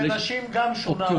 לנשים גם שונה.